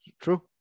true